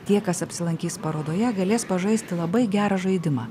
tie kas apsilankys parodoje galės pažaisti labai gerą žaidimą